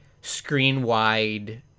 screen-wide